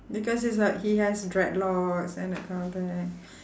because it's like he has dreadlocks and that kind of thing